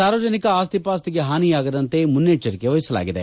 ಸಾರ್ವಜನಿಕ ಆಸ್ತಿ ಪಾಸ್ತಿಗೆ ಹಾನಿಯಾಗದಂತೆ ಮುನ್ನೆಚ್ಚರಿಕೆ ವಹಿಸಲಾಗಿದೆ